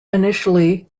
initially